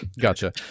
Gotcha